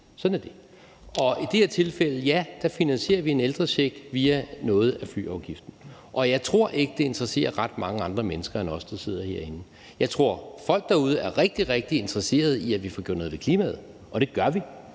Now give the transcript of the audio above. Sådan er det. I det her tilfælde finansierer vi en ældrecheck via noget af flyafgiften, og jeg tror ikke, det interesserer ret mange andre mennesker end os, der sidder herinde. Jeg tror, folk derude er rigtig, rigtig interesserede i, at vi får gjort noget ved klimaet, og det gør vi.